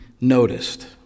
noticed